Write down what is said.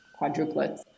quadruplets